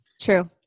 True